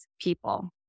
people